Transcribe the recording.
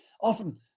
often